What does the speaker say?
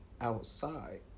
outside